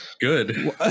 good